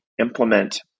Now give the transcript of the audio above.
implement